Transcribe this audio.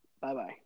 bye-bye